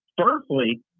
firstly